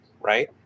right